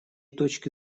точки